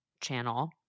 channel